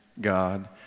God